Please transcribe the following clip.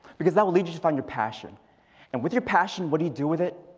because that will lead you to find your passion and with your passion what do you do with it?